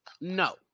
No